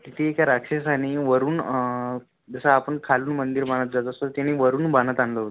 तिथे एका राक्षसाने वरून जसं आपण खालून मंदिर बांधत जात असतो त्याने वरून बांधत आणलं होतं